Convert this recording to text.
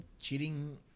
cheating